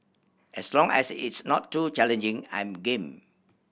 as long as it's not too challenging I'm game